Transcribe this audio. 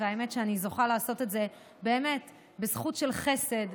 האמת שאני זוכה לעשות את זה באמת בזכות של חסד,